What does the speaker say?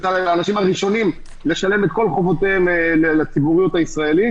אלה האנשים הראשונים לשלם את כל חובותיהם לציבוריות הישראלית